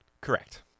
Correct